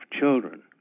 children